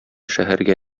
шәһәргә